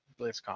BlizzCon